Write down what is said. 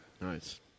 Nice